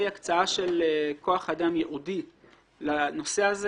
הקצאה של כוחו אדם ייעודי לנושא הזה.